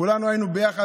כולנו היינו ביחד.